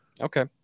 Okay